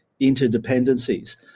interdependencies